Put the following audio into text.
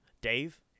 Dave